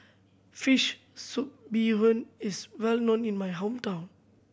fish soup bee hoon is well known in my hometown